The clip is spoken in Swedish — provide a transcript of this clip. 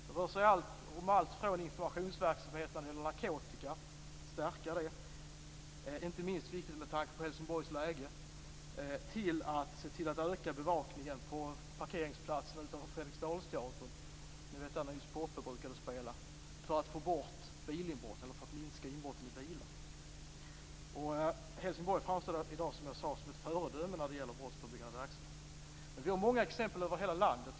Det rör sig om allt från att stärka informationsverksamheten när det gäller narkotika - inte minst viktigt med tanke på Helsingborgs läge - till att se till att öka bevakningen på parkeringsplatserna utanför Fredriksdalsteatern, ni vet där Nils Poppe brukade spela, för att minska bilinbrotten. Helsingborg framstår i dag som jag sade som ett föredöme när det gäller brottsförebyggande verksamhet. Men vi har många exempel över hela landet.